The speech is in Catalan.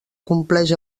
compleix